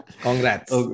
Congrats